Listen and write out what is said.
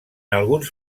alguns